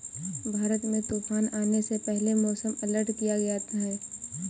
भारत में तूफान आने से पहले मौसम अलर्ट किया गया है